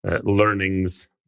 Learnings